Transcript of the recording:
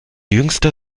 jüngster